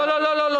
לא, לא.